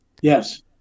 yes